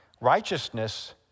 Righteousness